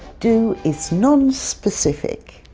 do is non-specific.